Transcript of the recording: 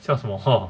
笑什么 hor